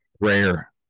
rare